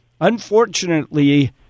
unfortunately